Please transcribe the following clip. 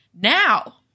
Now